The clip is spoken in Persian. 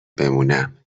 بمونم